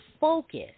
focus